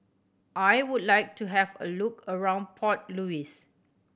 I would like to have a look around Port Louis